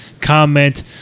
comment